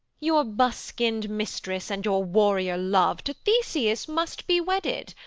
your buskin'd mistress and your warrior love, to theseus must be wedded,